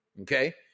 Okay